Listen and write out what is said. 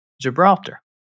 Gibraltar